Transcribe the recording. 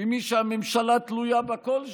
ממי שהממשלה תלויה בקול שלו.